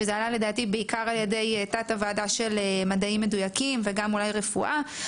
שזה עלה לדעתי בעיקר ע"י תת הוועדה של מדעים מדויקים וגם אולי רפואה,